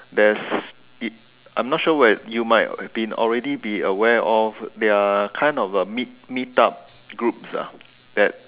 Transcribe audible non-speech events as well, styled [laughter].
there's [breath] it I'm not sure whe~ you might been already been aware of there are kind of a meet meet up groups ah that